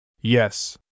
Yes